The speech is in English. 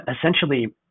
essentially